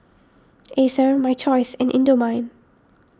Acer My Choice and Indomie